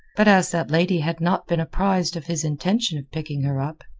but as that lady had not been apprised of his intention of picking her up,